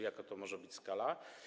Jaka to może być skala?